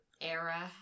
Era